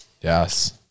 Yes